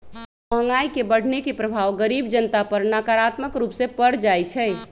महंगाई के बढ़ने के प्रभाव गरीब जनता पर नकारात्मक रूप से पर जाइ छइ